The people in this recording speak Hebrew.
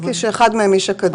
שאחד מהם איש אקדמיה.